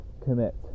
commit